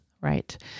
Right